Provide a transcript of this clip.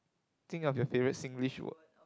think of your favorite Singlish word